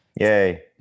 Yay